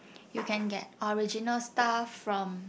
you can get original stuff from